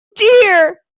dear